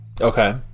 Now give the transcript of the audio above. Okay